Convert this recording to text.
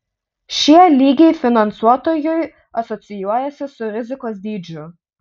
šie lygiai finansuotojui asocijuojasi su rizikos dydžiu